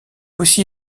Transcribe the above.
aussi